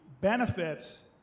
benefits